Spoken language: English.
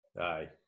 Aye